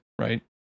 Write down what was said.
right